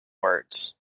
words